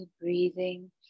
breathing